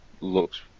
looks